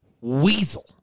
weasel